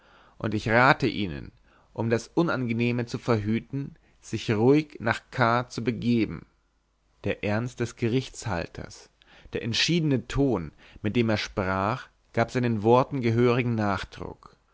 und ich rate ihnen um das unangenehme zu verhüten sich ruhig nach k zu begeben der ernst des gerichtshalters der entschiedene ton mit dem er sprach gab seinen worten gehörigen nachdruck